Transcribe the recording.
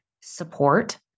support